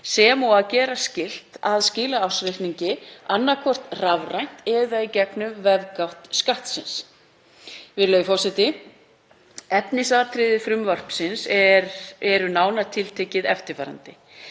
sem og að gera skylt að skila ársreikningi annaðhvort rafrænt eða í gegnum vefgátt Skattsins. Virðulegur forseti. Efnisatriði frumvarpsins eru nánar tiltekið eftirfarandi: